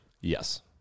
Yes